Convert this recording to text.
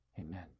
Amen